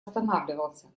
останавливался